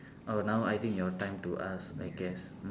oh now I think your time to ask I guess